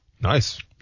Nice